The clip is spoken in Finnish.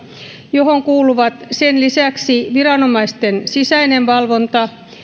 johon kuuluvat sen lisäksi viranomaisten sisäinen valvonta